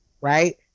Right